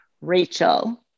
Rachel